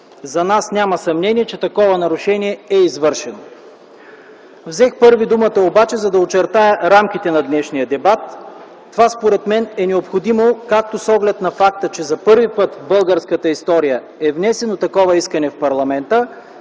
За нас няма съмнение, че такова нарушение е извършено. Взех първи думата обаче, за да очертая рамките на днешния дебат. Това, според мен, е необходимо както с оглед на факта, че за първи път в българската история е внесено такова искане в парламента,